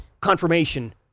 confirmation